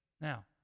Now